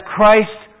Christ